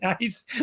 nice